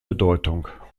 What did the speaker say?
bedeutung